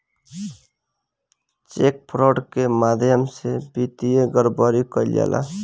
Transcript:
check fraud के माध्यम से वित्तीय गड़बड़ी कईल जाला